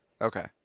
Okay